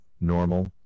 normal